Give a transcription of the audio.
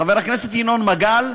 חבר הכנסת ינון מגל,